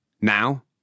Now